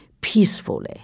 peacefully